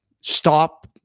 stop